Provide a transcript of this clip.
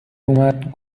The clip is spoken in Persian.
اومد